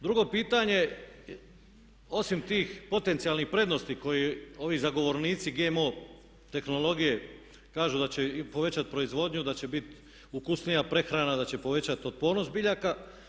Drugo pitanje osim tih potencijalnih prednosti koje ovi zagovornici GMO tehnologije kažu da će povećati proizvodnju, da će bit ukusnija prehrana, da će povećati otpornost biljaka.